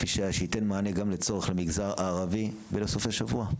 שייתן מענה גם לצורך המגזר הערבי ובסופי שבוע.